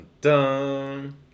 dun